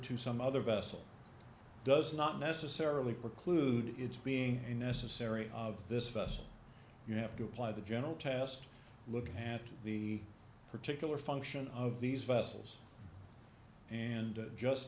to some other vessel does not necessarily preclude its being necessary of this vessel you have to apply the general test looking at the particular function of these vessels and just